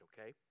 okay